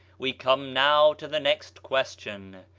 we come now to the next question,